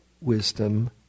wisdom